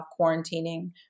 quarantining